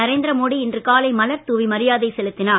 நரேந்திரமோடி இன்று காலை மலர் தூவி மரியாதை செலுத்தினார்